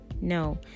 no